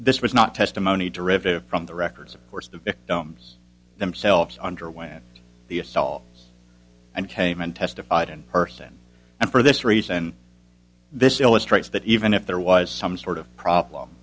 this was not testimony derivative from the records of course the victims themselves under when the assault and came and testified in person and for this reason this illustrates that even if there was some sort of problem